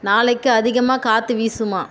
நாளைக்கு அதிகமாக காற்று வீசுமா